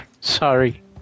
Sorry